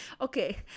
Okay